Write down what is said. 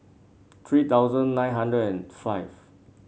three thousand nine hundred and five